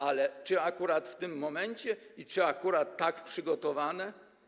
Ale czy akurat w tym momencie i czy akurat tak to przygotowane?